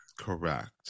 Correct